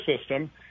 system